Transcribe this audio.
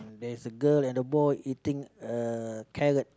there's a girl and a boy eating a carrot